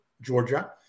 Georgia